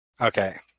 okay